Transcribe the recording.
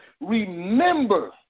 remember